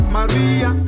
Maria